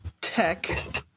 tech